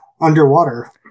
Underwater